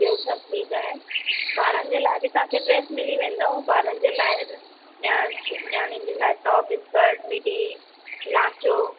ॿियो सभु ठीकु आहे ॿारनि जे लाइ बि तव्हां खे ड्रेस मिली वेंदव ॿारनि जे लाइ नियाणच नियाणियुनि जे लाइ टॉप स्कर्ट मिडी लांचो